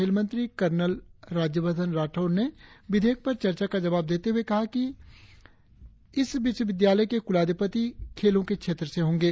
खेलमंत्री कर्नल राज्यवर्धन राठौड़ ने विधेयक पर चर्चा का जवाब देते हुए कहा कि इस विश्वविद्यालय के कुलाधिपति खेलों के क्षेत्र से होंगे